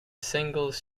singles